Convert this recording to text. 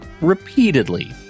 repeatedly